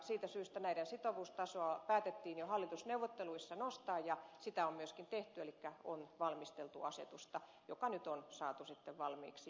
siitä syystä näiden sitovuustasoa päätettiin jo hallitusneuvotteluissa nostaa ja sitä on myöskin tehty elikkä on valmisteltu asetusta joka nyt on saatu sitten valmiiksi